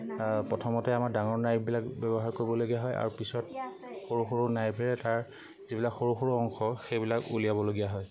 প্ৰথমতে আমাৰ ডাঙৰ নাইফবিলাক ব্যৱহাৰ কৰিবলগীয়া হয় আৰু পিছত সৰু সৰু নাইফেৰে তাৰ যিবিলাক সৰু সৰু অংশ সেইবিলাক উলিয়াবলগীয়া হয়